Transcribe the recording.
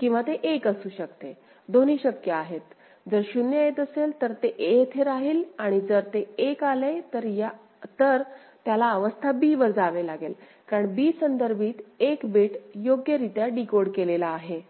किंवा ते 1 असू शकते दोन्ही शक्य आहेत जर 0 येत असेल तर ते a येथे राहील आणि जर ते 1 आले तर त्याला अवस्था b वर जावे लागेल कारण b संदर्भित 1 बिट योग्य रित्या डिकोड केलेला आहे